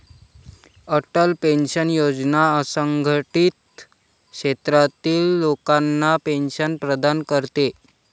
Atal pension योजना असंघटित क्षेत्रातील लोकांना पेन्शन प्रदान करते